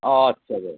আচ্ছা আচ্ছা